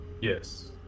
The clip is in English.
Yes